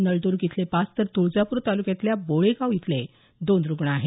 नळदुगे इथले पाच तर तुळजापूर तालुक्यातल्या बोळेगाव इथले दोन रुग्ण आहेत